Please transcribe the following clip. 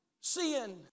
sin